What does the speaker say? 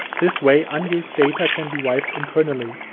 this way unused data can be wiped internally.